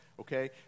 Okay